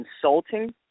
consulting